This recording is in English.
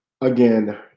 again